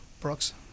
Brooks